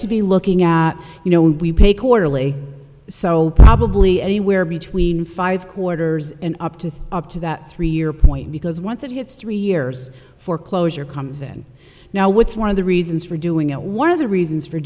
to be looking at you know when we pay quarterly so probably anywhere between five quarters and up to up to that three year point because once it hits three year there's foreclosure comes in now what's one of the reasons for doing it one of the reasons for